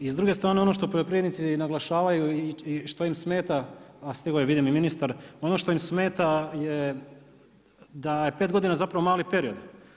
I s druge strane ono što poljoprivrednici naglašavaju i što im smeta, a stigao je vidim i ministar, ono što im smeta je da je 5 godina zapravo mali period.